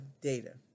data